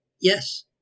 Yes